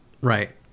Right